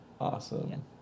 awesome